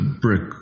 brick